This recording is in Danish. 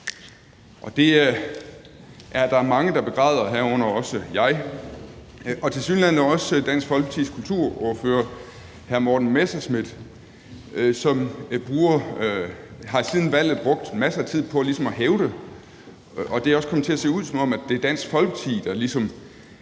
Og det er der mange, der begræder, herunder jeg og tilsyneladende også Dansk Folkepartis kulturordfører, hr. Morten Messerschmidt, som siden valget har brugt masser af tid på ligesom at hævde og få det til at se ud, som om det er Dansk Folkeparti, der ligesom